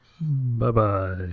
Bye-bye